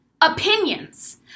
opinions